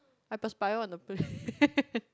I perspire on the plane